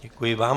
Děkuji vám.